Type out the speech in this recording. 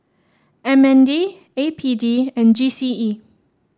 M N D A P D and G C E